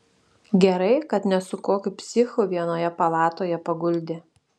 gerai kad ne su kokiu psichu vienoje palatoje paguldė